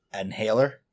inhaler